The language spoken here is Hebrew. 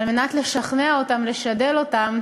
על מנת לשכנע אותם, לשדל אותם